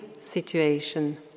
situation